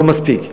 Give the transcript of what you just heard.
לא מספיק.